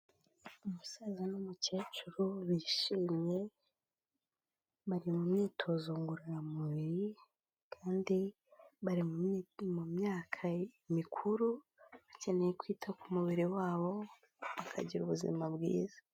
Umusaza n'umukecuru bishimye, bari mu myitozo ngororamubiri, kandi bari mu myaka mikuru, bakeneye kwita ku mubiri wabo bakagira ubuzima bwiza.